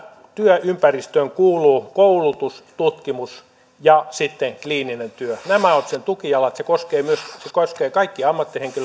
työympäristöön kuuluu koulutus tutkimus ja sitten kliininen työ nämä ovat sen tukijalat se koskee kaikkia ammattihenkilöitä